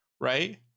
right